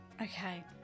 Okay